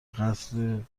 قتل